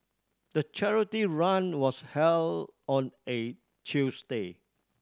the charity run was held on a Tuesday